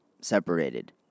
separated